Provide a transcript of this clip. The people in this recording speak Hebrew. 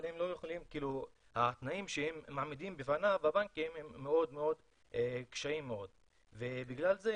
אבל התנאים שמעמידים בפניו הבנקים הם מאוד קשים ובגלל זה